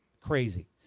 Crazy